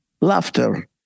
laughter